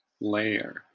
Layer